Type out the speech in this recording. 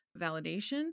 validation